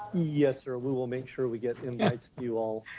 yes, sir, we will make sure we get invites to you all.